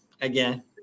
again